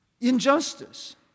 injustice